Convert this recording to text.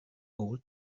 old